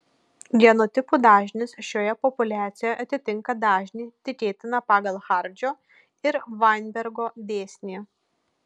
genotipų dažnis šioje populiacijoje atitinka dažnį tikėtiną pagal hardžio ir vainbergo dėsnį